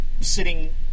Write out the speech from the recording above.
sitting